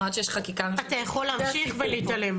עד שיש חקיקה --- אתה יכול להמשיך ולהתעלם,